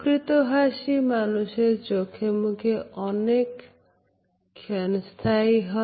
প্রকৃত হাসি মানুষের চোখে মুখে অনেক ক্ষণ স্থায়ী হয়